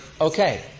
Okay